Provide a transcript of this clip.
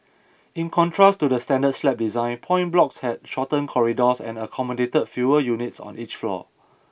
in contrast to the standard slab design point blocks had shorter corridors and accommodated fewer units on each floor